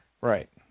Right